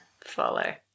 follow